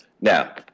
Now